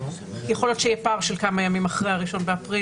יכול להיות שיהיה פער של כמה ימים אחרי ה-1 באפריל,